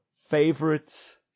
favorite